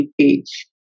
page